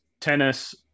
tennis